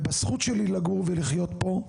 ובזכות שלי לגור ולחיות פה,